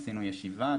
עשינו ישיבה,